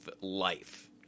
life